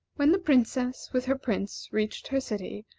when the princess, with her prince, reached her city,